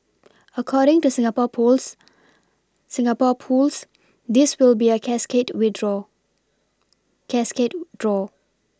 according to Singapore pools Singapore pools this will be a cascade with draw cascade draw